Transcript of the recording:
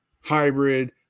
hybrid